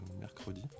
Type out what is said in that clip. mercredi